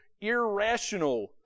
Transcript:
irrational